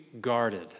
guarded